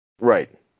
right